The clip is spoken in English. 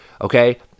Okay